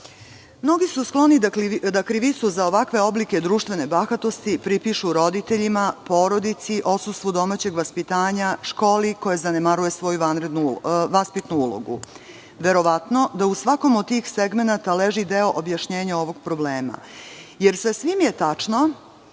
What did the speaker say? gore. Mnogi su skloni da krivicu za ovakve oblike društvene bahatosti pripišu roditeljima, porodici, odsustvu domaćeg vaspitanja, školi koja zanemaruje svoju vaspitnu ulogu. Verovatno da u svakom od tih segmenata leži deo objašnjenja ovih problema, jer sasvim je tačno